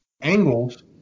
angles